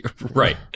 right